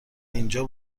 اینجا